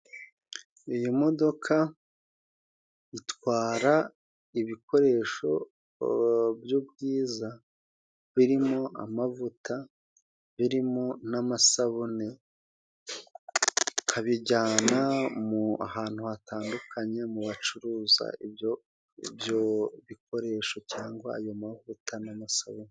Iyi modoka itwara ibikoresho by'ubwiza birimo: amavuta, birimo n'amasabune, ikabijyana mu ahantu hatandukanye mu bacuruza ibyo ibyo bikoresho cyangwa ayo mavuta n'amasabune.